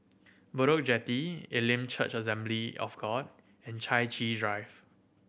Bedok Jetty Elim Church Assembly of God and Chai Chee Drive